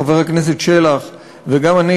חבר הכנסת שלח וגם אני,